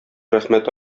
рәхмәт